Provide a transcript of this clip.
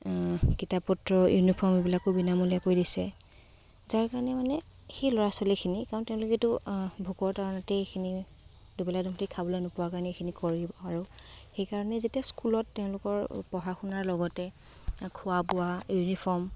কিতাপ পত্ৰ ইউনিফৰ্ম এইবিলাকো বিনামূলীয়া কৰি দিছে যাৰ কাৰণে মানে সেই ল'ৰা ছোৱালীখিনি কাৰণ তেওঁলোকেতো ভোকৰ তাড়নাতেই এইখিনি দুবেলা দুমুঠি খাবলৈ নোপোৱাৰ কাৰণেই এইখিনি কৰে আৰু সেইকাৰণে যেতিয়া স্কুলত তেওঁলোকৰ পঢ়া শুনাৰ লগতে খোৱা বোৱা ইউনিফৰ্ম